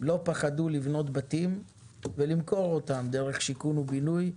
לא פחדו לבנות בתים ולמכור אותם דרך חברת שיכון ובינוי.